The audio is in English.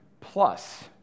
plus